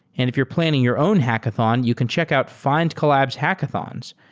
and if you're planning your own hackathon, you can check out findcollabs hackathons.